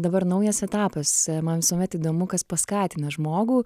dabar naujas etapas man visuomet įdomu kas paskatina žmogų